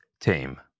tame